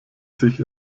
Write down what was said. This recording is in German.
sich